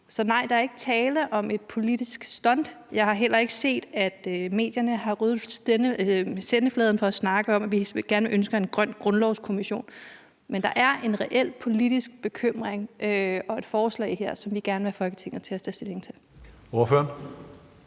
Så nej, der er ikke tale om et politisk stunt, og jeg har heller ikke set, at medierne har ryddet sendefladen for at snakke om, at vi ønsker en grøn grundlovskommission. Der er en reel politisk bekymring og et forslag her, som vi gerne vil have Folketinget til at tage stilling til. Kl.